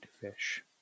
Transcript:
Fish